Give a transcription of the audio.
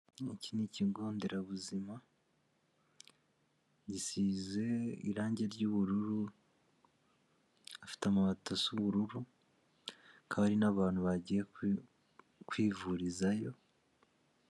Iki ni ikigo nderabuzima gisize irange ry'ubururu afite amabati asa ubururu akaba ari n'abantu bagiye kwivurizayo.